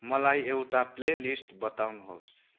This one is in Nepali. मलाई एउटा प्लेलिस्ट बताउनुहोस्